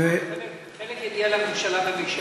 חלק יגיע לממשלה במישרין.